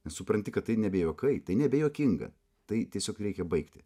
supranti kad tai nebe juokai tai nebejuokinga tai tiesiog reikia baigti